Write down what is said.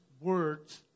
words